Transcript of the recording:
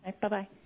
Bye-bye